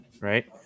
right